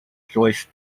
joyce